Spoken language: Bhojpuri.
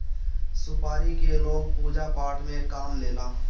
सुपारी के लोग पूजा पाठ में काम लेला